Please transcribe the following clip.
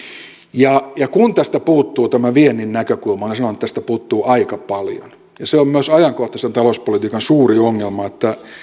ja ja kun tästä puuttuu viennin näkökulma niin minä sanon että tästä puuttuu aika paljon se on myös ajankohtaisen talouspolitiikan suuri ongelma että